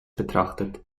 betrachtet